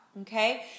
okay